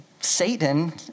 Satan